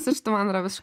sistema antra visų